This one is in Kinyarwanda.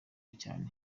cyane